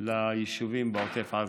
ליישובים בעוטף עזה.